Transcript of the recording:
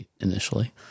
initially